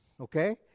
Okay